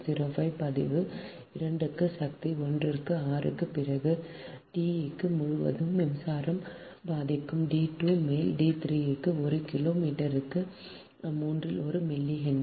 4605 பதிவு 2 க்கு சக்தி 1 க்கு 6 க்கு பிறகு டிக்கு முழுதும் மின்சாரம் பாதிக்கு d2 க்கு மேல் d3 க்கு ஒரு கிலோ மீட்டருக்கு மூன்றில் ஒரு மில்லிஹென்ரி